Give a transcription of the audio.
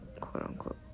quote-unquote